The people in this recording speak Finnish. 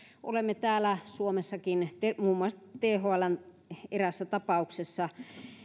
olemme suomessakin muun muassa eräässä thln tapauksessa